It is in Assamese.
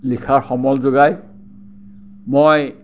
লিখাৰ সমল যোগায় মই